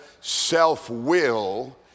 self-will